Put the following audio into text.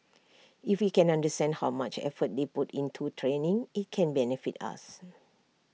if we can understand how much effort they put into training IT can benefit us